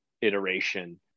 iteration